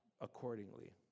accordingly